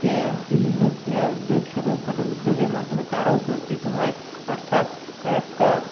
বিভিন্ন উদ্যোগ ছোটোখাটো উদ্যোগের মাধ্যমে তারাও উপকৃত হয় অর্থাৎ একটা